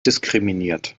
diskriminiert